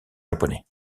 japonais